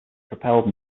propelled